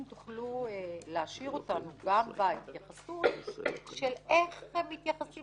אם תוכלו להעשיר אותנו גם בהתייחסות של איך הם מתייחסים